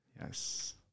Yes